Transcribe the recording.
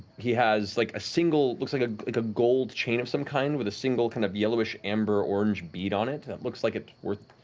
he has like a single looks like ah like a gold chain of some kind with a single kind of yellowish amber-orange bead on it that looks like it's worth